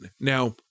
now